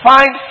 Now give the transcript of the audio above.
Find